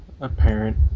apparent